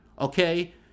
okay